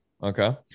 Okay